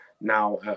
now